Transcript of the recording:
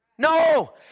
No